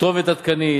כתובת עדכנית,